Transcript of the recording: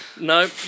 No